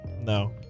No